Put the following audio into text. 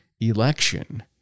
election